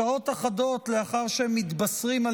שעות אחדות לאחר שהם מתבשרים על